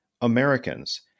Americans